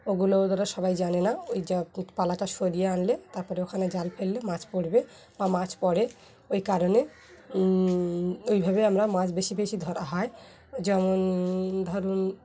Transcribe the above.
ওগুলো ধরা সবাই জানে না ওই যা পালাটা সরিয়ে আনলে তারপরে ওখানে জাল ফেললে মাছ পড়বে বা মাছ পড়ে ওই কারণে ওইভাবে আমরা মাছ বেশি বেশি ধরা হয় যেমন ধরুন